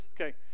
Okay